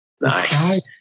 nice